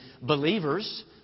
believers